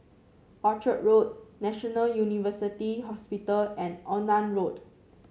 Orchard Road National University Hospital and Onan Road